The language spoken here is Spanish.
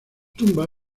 tumba